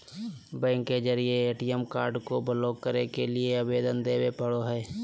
bank के जरिए ATM card को ब्लॉक करे के लिए आवेदन देबे पड़ो हइ